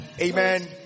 Amen